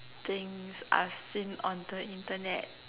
things I've seen on the Internet